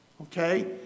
Okay